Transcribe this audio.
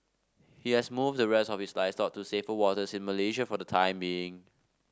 he has moved the rest of his livestock to safer waters in Malaysia for the time being